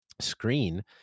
screen